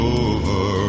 over